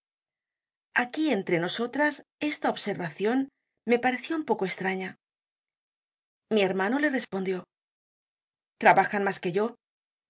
aquí entre nosotras esta observacion me pareció un poco estraña mi hermano le respondió trabajan mas que yo